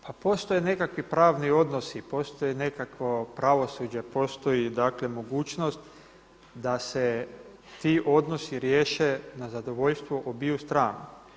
Pa postoje nekakvi pravni odnosi, postoji nekakvo pravosuđe, postoji mogućnost da se ti odnosi riješe na zadovoljstvo obiju strana.